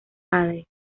padre